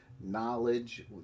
Knowledge